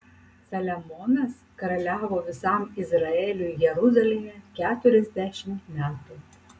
saliamonas karaliavo visam izraeliui jeruzalėje keturiasdešimt metų